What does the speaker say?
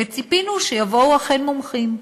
ציפינו שיבואו אכן מומחים.